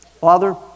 Father